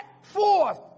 forth